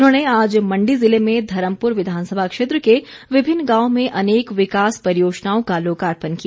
उन्होंने आज मण्डी जिले में धर्मपुर विधानसभा क्षेत्र के विभिन्न गांवों में अनेक विकास परियोजनाओं का लोकार्पण किया